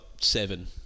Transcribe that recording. seven